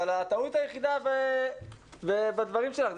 אבל הטעות היחידה בדברים שלך,